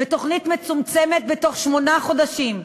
ובתוכנית מצומצמת, בתוך שמונה חודשים.